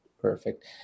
Perfect